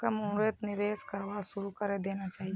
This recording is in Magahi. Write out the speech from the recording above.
कम उम्रतें निवेश करवा शुरू करे देना चहिए